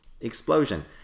explosion